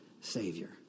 Savior